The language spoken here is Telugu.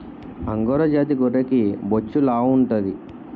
అంగోరా జాతి గొర్రెకి బొచ్చు లావుంటాది